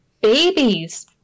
babies